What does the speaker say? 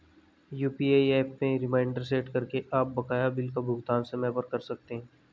UPI app में reminder set करके आप बकाया बिल का भुगतान समय पर कर सकते हैं